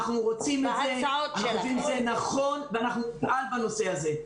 אנחנו חושבים שזה נכון ונפעל בנושא הזה.